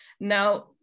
Now